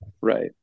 right